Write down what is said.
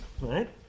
right